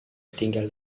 tinggal